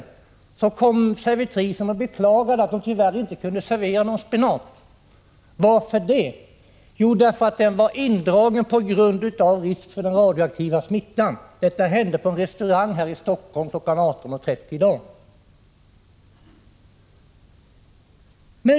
Servitrisen kom emellertid och beklagade att hon inte kunde servera någon spenat. Varför? Jo, därför att man inte fick servera spenat på grund av risken för radioaktiv smitta. Detta hände på en restaurang här i Helsingfors klockan 18.30 i dag.